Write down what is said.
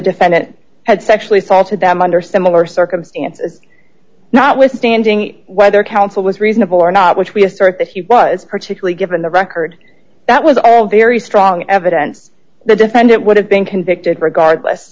defendant had sexually assaulted them under similar circumstances notwithstanding whether counsel was reasonable or not which we assert that he was particularly given the record that was all very strong evidence the defendant would have been convicted regardless